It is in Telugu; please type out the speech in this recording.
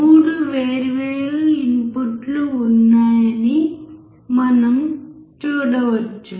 3 వేర్వేరు ఇన్పుట్లు ఉన్నాయని మనం చూడవచ్చు